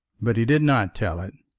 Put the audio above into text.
but he did not tell it.